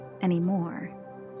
anymore